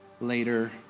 later